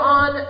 on